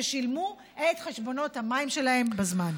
ששילמו את חשבונות המים שלהם בזמן.